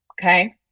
okay